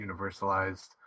universalized